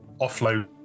offload